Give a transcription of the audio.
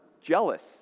jealous